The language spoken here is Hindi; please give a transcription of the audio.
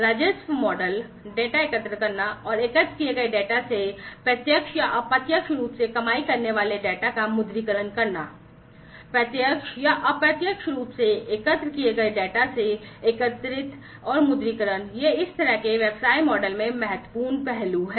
राजस्व मॉडल डेटा एकत्र करना और एकत्र किए गए डेटा से प्रत्यक्ष या अप्रत्यक्ष रूप से कमाई करने वाले डेटा का मुद्रीकरण करना प्रत्यक्ष या अप्रत्यक्ष रूप से एकत्र किए गए डेटा से एकत्रित और मुद्रीकरण ये इस तरह के व्यवसाय मॉडल में महत्वपूर्ण पहलू हैं